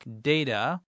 data